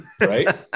Right